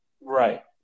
Right